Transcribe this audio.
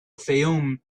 fayoum